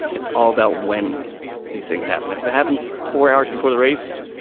it's all about when these things happen. if it happens for hours before the race,